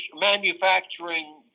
manufacturing